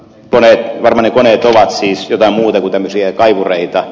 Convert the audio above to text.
varmaan ne koneet ovat siis joitain muita kuin kaivureita